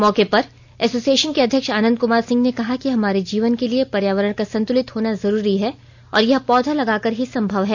मौके पर एसोसिएशन के अध्यक्ष आनंद कमार सिंह ने कहा कि हमारे जीवन के लिए पर्यावरण का संतुलित होना जरूरी है और यह पौधा लगाकर ही संभव है